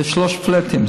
זה שלושה פלאטים,